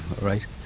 Right